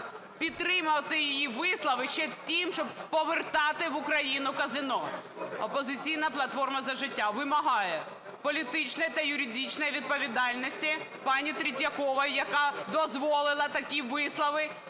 підтримувати її вислови ще ті, щоб повертати в Україну казино? "Опозиційна платформа - За життя" вимагає політичної та юридичної відповідальності пані Третьякової, яка дозволила такі вислови